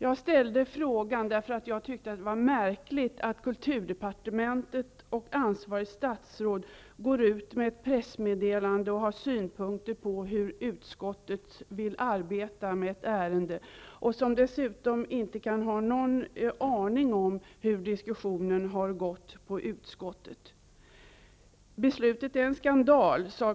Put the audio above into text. Jag ställde frågan eftersom jag tyckte att det var märkligt att kulturdepartementet och ansvarigt statsråd går ut med ett pressmeddelande och har synpunkter på hur utskottet vill arbeta med ett ärende när man dessutom inte kan ha någon aning om hur diskussionen har förts hos utskottet.